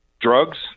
drugs